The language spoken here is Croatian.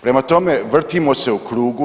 Prema tome, vrtimo se u krug.